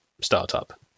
startup